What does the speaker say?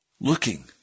looking